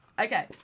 Okay